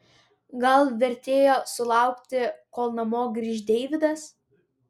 gal vertėjo sulaukti kol namo grįš deividas